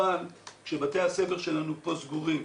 אבל כשבתי הספר שלנו פה סגורים,